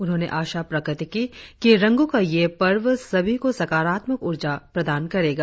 उन्होंने आशा प्रकट की कि रंगों का यह पर्व सभी को सकारात्मक ऊर्जा प्रदान करेगा